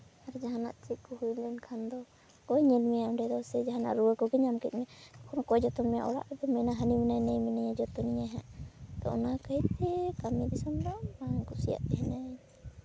ᱟᱨ ᱡᱟᱦᱟᱱᱟᱜ ᱪᱮᱫ ᱠᱚ ᱦᱩᱭ ᱞᱮᱱᱠᱷᱟᱱ ᱫᱚ ᱚᱠᱚᱭ ᱧᱮᱞ ᱢᱮᱭᱟᱭ ᱚᱸᱰᱮ ᱫᱚ ᱡᱟᱦᱟᱱᱟᱜ ᱨᱩᱣᱟᱹ ᱠᱚᱠᱚ ᱧᱟᱢ ᱠᱮᱫ ᱢᱮᱭᱟ ᱮᱠᱷᱚᱱ ᱚᱠᱚᱭ ᱡᱚᱛᱚᱱ ᱢᱮᱭᱟ ᱚᱲᱟᱜ ᱨᱮᱫᱚᱢ ᱢᱮᱱᱟ ᱦᱟᱹᱱᱤ ᱢᱮᱱᱟᱭᱟ ᱱᱩᱭ ᱢᱮᱱᱟᱭᱟ ᱡᱚᱛᱚᱱ ᱤᱧᱟᱭ ᱦᱟᱸᱜ ᱚᱱᱟᱛᱮ ᱠᱟᱹᱢᱤ ᱫᱤᱥᱚᱢ ᱫᱚ ᱵᱟᱝᱞᱮ ᱠᱩᱥᱤᱭᱟᱜ ᱛᱟᱦᱮᱱᱟ